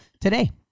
today